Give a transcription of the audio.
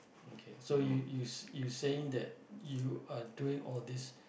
okay so you you you saying that you are doing all these